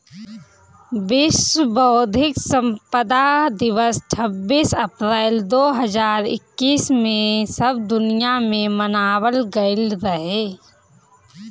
विश्व बौद्धिक संपदा दिवस छब्बीस अप्रैल दो हज़ार इक्कीस में सब दुनिया में मनावल गईल रहे